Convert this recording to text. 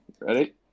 Ready